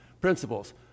principles